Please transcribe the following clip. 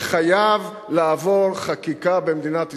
שחייב לעבור חקיקה במדינת ישראל,